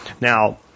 now